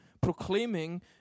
proclaiming